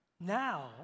Now